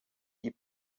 die